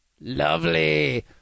lovely